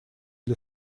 для